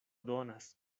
donas